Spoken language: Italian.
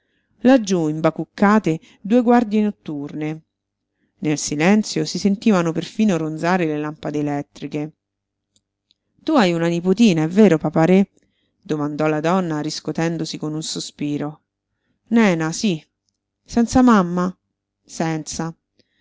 laggiú imbacuccate due guardie notturne nel silenzio si sentivano perfino ronzare le lampade elettriche tu hai una nipotina è vero papa-re domandò la donna riscotendosi con un sospiro nena sí senza mamma senza